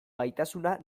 gaitasuna